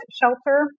shelter